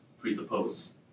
presuppose